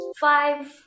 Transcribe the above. five